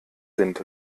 sind